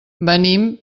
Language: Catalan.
venim